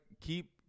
keep